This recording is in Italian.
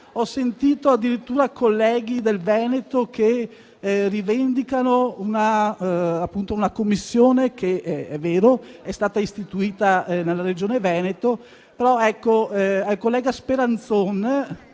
ho sentito addirittura colleghi del Veneto che rivendicano una commissione che, è vero, è stata istituita in quella Regione, ma al collega Speranzon,